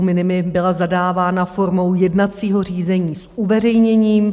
Minimi byla zadávána formou jednacího řízení s uveřejněním.